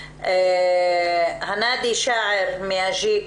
הנאדי שאער מ-אג'יק,